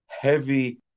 heavy